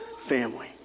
family